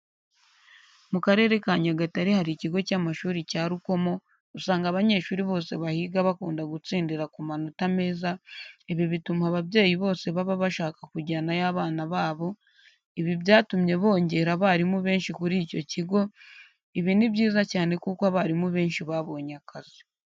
Mu Karere ka Nyagatare hari ikigo cy'amashuri cya Rukomo, usanga abanyeshuri bose bahiga bakunda gutsindira ku manota meza, ibi bituma ababyeyi bose baba bashaka kujyanayo abana babo, ibi byatumye bongera abarimu benshi kuri icyo kigo, ibi ni byiza cyane kuko abarimu benshi babonye akazi.